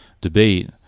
debate